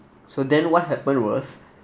so then what happened was